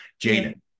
Jaden